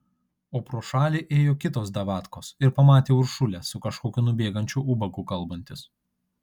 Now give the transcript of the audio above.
o pro šalį ėjo kitos davatkos ir pamatė uršulę su kažkokiu nubėgančiu ubagu kalbantis